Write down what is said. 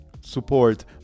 support